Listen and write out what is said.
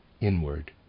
inward